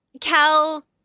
Cal